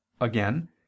Again